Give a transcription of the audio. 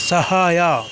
ಸಹಾಯ